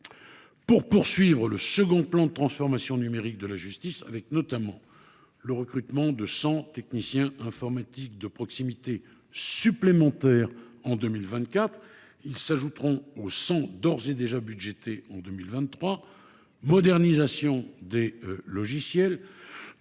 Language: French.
pour poursuivre le second plan de transformation numérique de la justice, incluant notamment le recrutement de 100 techniciens informatiques de proximité supplémentaires en 2024. Ils s’ajouteront aux 100 postes d’ores et déjà budgétés en 2023. Ces crédits